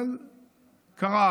אבל קרה